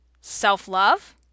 self-love